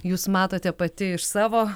jūs matote pati iš savo